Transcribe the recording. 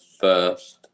first